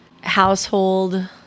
household